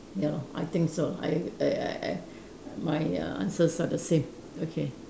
ya lor I think so I I I I my uh answers are the same okay